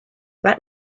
let